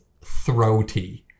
throaty